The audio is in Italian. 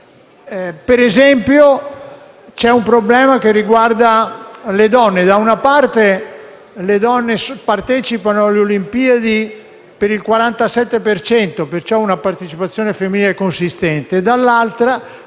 Per esempio, c'è un problema che riguarda le donne: da una parte le donne partecipano alle Olimpiadi per il 47 per cento - la partecipazione femminile è pertanto consistente